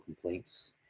complaints